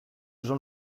jean